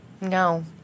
No